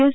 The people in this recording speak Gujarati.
એસ